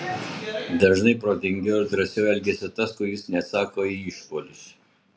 dažnai protingiau ir drąsiau elgiasi tas kuris neatsako į išpuolius